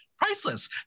Priceless